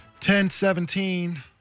1017